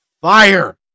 fire